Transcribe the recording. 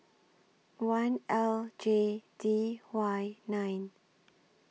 one L J D Y nine